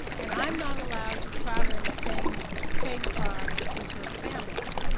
and i'm not allowed to travel in the same train car with your families.